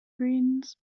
greens